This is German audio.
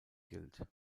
gilt